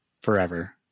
forever